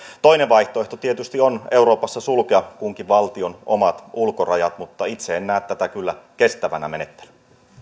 toinen vaihtoehto tietysti on euroopassa sulkea kunkin valtion omat ulkorajat mutta itse en kyllä näe tätä kestävänä menettelynä